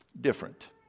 different